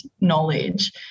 knowledge